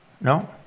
No